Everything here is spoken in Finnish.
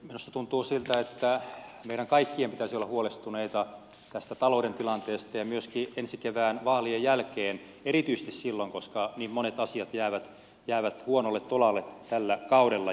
minusta tuntuu siltä että meidän kaikkien pitäisi olla huolestuneita tästä talouden tilanteesta myöskin ensi kevään vaalien jälkeen erityisesti silloin koska niin monet asiat jäävät huonolle tolalle tällä kaudella